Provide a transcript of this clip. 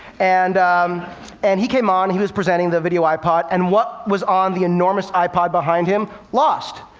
and and he came on, he was presenting the video ipod, and what was on the enormous ipod behind him? lost!